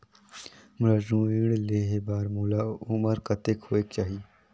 मोला ऋण लेहे बार मोर उमर कतेक होवेक चाही?